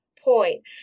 point